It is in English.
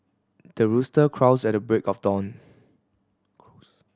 the rooster crows at the break of dawn